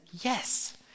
yes